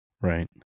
right